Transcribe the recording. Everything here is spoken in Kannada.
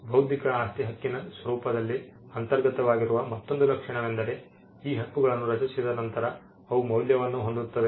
ಬೌದ್ಧಿಕ ಆಸ್ತಿ ಹಕ್ಕಿನ ಸ್ವರೂಪದಲ್ಲಿ ಅಂತರ್ಗತವಾಗಿರುವ ಮತ್ತೊಂದು ಲಕ್ಷಣವೆಂದರೆ ಈ ಹಕ್ಕುಗಳನ್ನು ರಚಿಸಿದ ನಂತರ ಅವು ಮೌಲ್ಯವನ್ನು ಹೊಂದುತ್ತವೆ